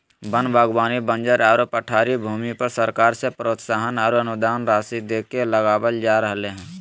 वन बागवानी बंजर आरो पठारी भूमि पर सरकार से प्रोत्साहन आरो अनुदान राशि देके लगावल जा रहल हई